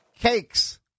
Cakes